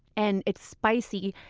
and it's spicy.